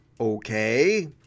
Okay